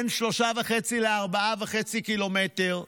בין 3.5 ל-4.5 קילומטר,